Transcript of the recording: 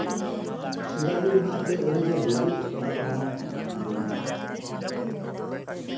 ᱥᱮᱫᱟᱭ ᱡᱩᱜᱽ ᱨᱮᱱᱟᱜ ᱡᱮ ᱟ ᱨᱤᱪᱟ ᱞᱤ ᱚᱱᱟ ᱠᱚᱦᱚᱸ